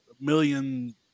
million